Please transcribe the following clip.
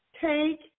Take